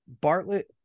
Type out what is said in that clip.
Bartlett